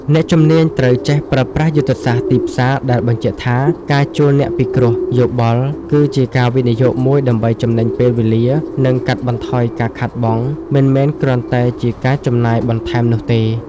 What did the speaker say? អ្នកជំនាញត្រូវចេះប្រើប្រាស់យុទ្ធសាស្ត្រទីផ្សារដែលបញ្ជាក់ថា ការជួលអ្នកពិគ្រោះយោបល់គឺជាការវិនិយោគមួយដើម្បីចំណេញពេលវេលា និងកាត់បន្ថយការខាតបង់ មិនមែនគ្រាន់តែជាការចំណាយបន្ថែមនោះទេ។